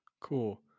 Cool